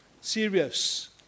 serious